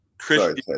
Sorry